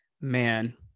man